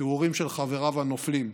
תיאורים של חבריו הנופלים,